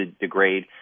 degrade